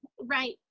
right